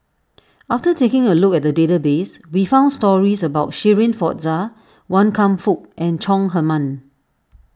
after taking a look at the database we found stories about Shirin Fozdar Wan Kam Fook and Chong Heman